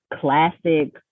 classic